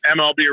MLB